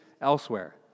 elsewhere